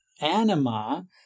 anima